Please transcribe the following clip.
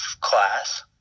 class